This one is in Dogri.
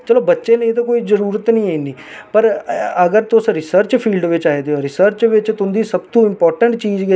जगह बिच जेइये तिन दिन बिच में अगर साढे तिन ह्जार बोट लेई सकनी हा ते एहदा मतलब मेरे बिच में नेई लेई सकदी पर साढ़ियां भैंना दुखी ना